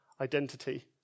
identity